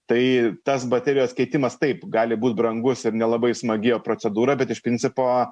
tai tas baterijos keitimas taip gali būt brangus ir nelabai smagi procedūra bet iš principo